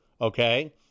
okay